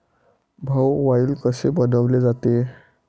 भाऊ, वाइन कसे बनवले जाते?